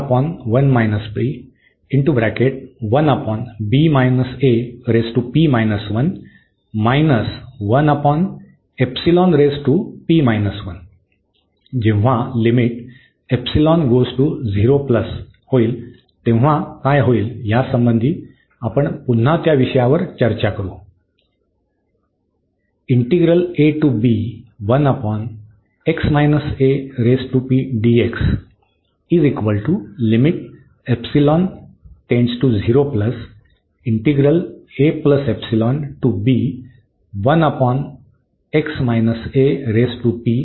जेव्हा होईल तेव्हा काय होईल यासंबंधी आपण पुन्हा त्या विषयावर चर्चा करू